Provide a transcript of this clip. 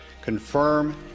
confirm